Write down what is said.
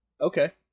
Okay